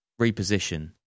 reposition